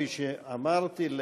כפי שאמרתי,